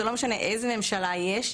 זה לא משנה איזו ממשלה יש,